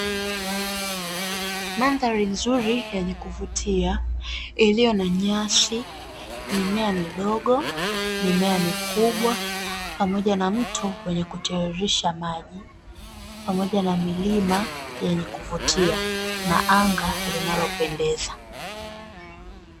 Mandhari nzuri yenye kuvutia iliyo na nyasi, mimea midogo, mimea mikubwa pamoja na mto wenye kutiririsha maji pamoja na milima yenye kuvutia na anga linalopendeza .